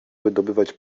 wydobywać